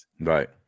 Right